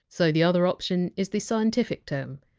so the other option is the scientific term.